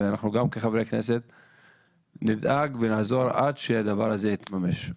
ואנחנו גם כחברי כנסת נדאג ונעזור עד שהדבר הזה יתממש.